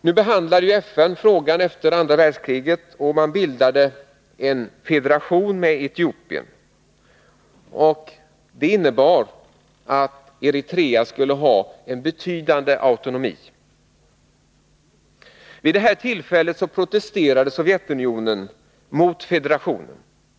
Efter andra världskriget behandlade FN frågan, och man bildade en federation med Etiopien. Det innebar att Eritrea skulle ha en betydande autonomi. Vid det tillfället protesterade Sovjetunionen mot federationen.